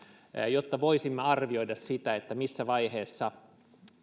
jotta voisimme arvioida missä vaiheessa